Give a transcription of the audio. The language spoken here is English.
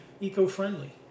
Eco-friendly